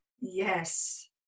yes